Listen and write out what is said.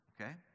okay